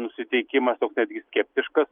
nusiteikimas toks netgi skeptiškas